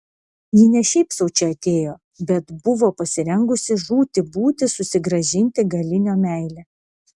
ji ne šiaip sau čia atėjo bet buvo pasirengusi žūti būti susigrąžinti galinio meilę